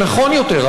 שנכון יותר,